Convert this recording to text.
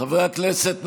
חברי הכנסת,